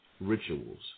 rituals